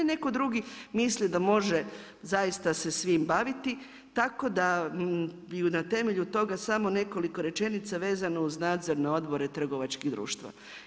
Netko drugi misli da može zaista se svim baviti, tako da i na temelju toga samo nekoliko rečenica vezano uz nadzorne odbore trgovačkih društava.